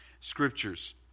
scriptures